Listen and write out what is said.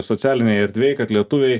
socialinėj erdvėj kad lietuviai